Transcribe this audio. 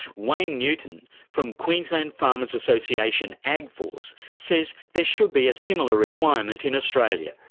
wayne newton from queensland farmers association agforce says there should be a similar requirement in australia.